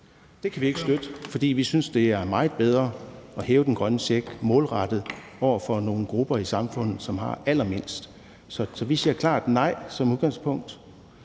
Det kan vi ikke støtte, for vi synes, det er meget bedre at hæve den grønne check målrettet nogle af de grupper i samfundet, der har allermindst. Så vi siger som udgangspunkt